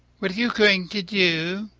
what are you going to do?